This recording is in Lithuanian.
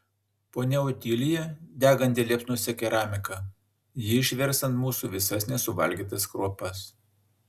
ponia otilija deganti liepsnose keramika ji išvers ant mūsų visas nesuvalgytas kruopas